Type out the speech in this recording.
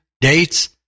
dates